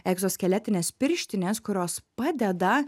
egzoskeletinės pirštinės kurios padeda